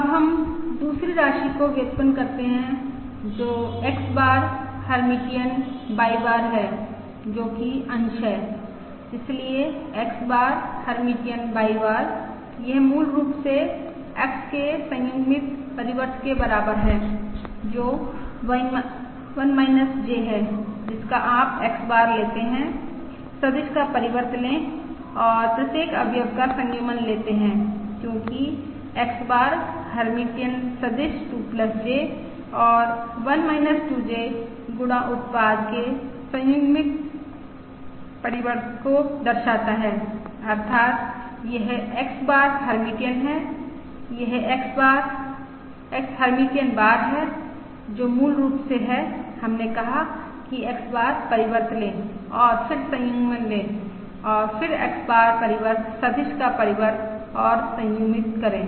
अब हम दूसरी राशि को व्युत्पन्न करते हैं जो X bar Hermitian Y bar है जो कि अंश है इसलिए X bar Hermitian Y bar यह मूल रूप से X के संयुग्मित परिवर्त के बराबर है जो 1 j है जिसका आप X बार लेते हैं सदिश का परिवर्त ले और प्रत्येक अवयव का संयुग्मन लेते हैं क्योंकि X बार हर्मिटियन सदिश 2 j और 1 2 j गुणा उत्पाद के संयुग्मित परिवर्त को दर्शाता है अर्थात् यह X बार हर्मिटियन है यह X हर्मिटियन बार है जो मूल रूप से है हमने कहा कि X बार परिवर्त लें और फिर संयुग्मन लें और फिर X बार परिवर्त सदिश का परिवर्त और संयुग्मित करें